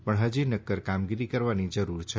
પણ હજી નક્કર કામગીરી કરવાની જરૂર છે